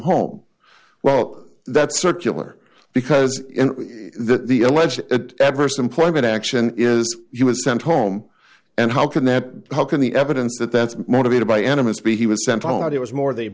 home well that's circular because the alleged adverse employment action is he was sent home and how can that how can the evidence that that's motivated by enemas be he was sent out it was more they